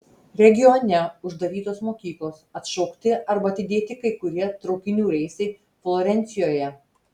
regione uždarytos mokyklos atšaukti arba atidėti kai kurie traukinių reisai florencijoje